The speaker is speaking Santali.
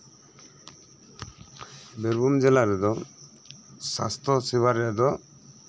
ᱵᱤᱨᱵᱷᱩᱢ ᱡᱮᱞᱟ ᱨᱮᱫᱚ ᱥᱟᱥᱛᱷᱚ ᱥᱮᱵᱟ ᱨᱮᱭᱟᱜ ᱫᱚ